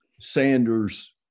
Sanders